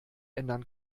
ändern